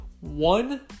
one